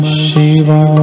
shiva